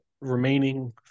remaining